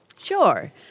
Sure